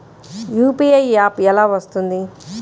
UPI app ఎలా వస్తుంది?